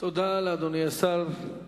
תודה לאדוני השר.